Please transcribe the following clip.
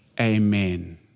Amen